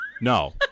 No